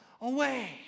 away